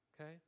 Okay